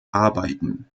arbeiten